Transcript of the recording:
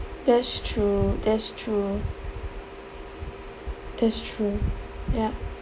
that's true that's true that's true yup